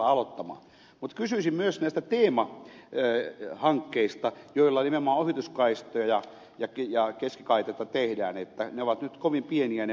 mutta kysyisin myös näistä teemahankkeista joilla nimenomaan ohituskaistoja ja keskikaiteita tehdään kun ovat nyt kovin pieniä ne määrärahat